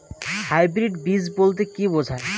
Hybrid বীজ বলতে কী বোঝায়?